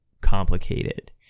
complicated